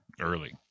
early